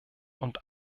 und